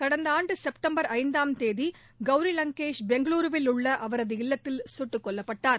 கடந்த ஆண்டு செப்டம்பர் ஐந்தாம் தேதி கெளி லங்கேஷ் பெங்களுருவில் உள்ள அவரது இல்லத்தில் சுட்டுக் கொல்லப்பட்டார்